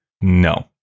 No